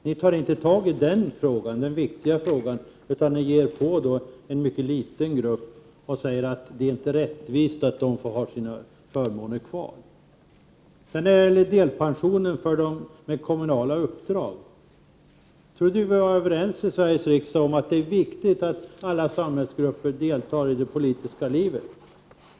Ni tar inte tag i denna viktiga fråga, utan ni ger er på en mycket liten grupp och säger att det inte är rättvist att den gruppen av alla människor får ha kvar sina förmåner. När det gäller frågan om delpensionen för personer som har kommunala uppdrag vill jag säga att jag trodde att vi i Sveriges riksdag var överens om att det är viktigt att alla samhällsgrupper deltar i det politiska arbetet.